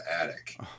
attic